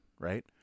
right